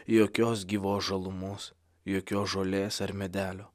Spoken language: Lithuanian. jokios gyvos žalumos jokios žolės ar medelio